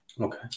Okay